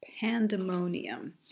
Pandemonium